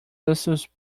thistles